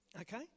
Okay